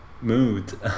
mood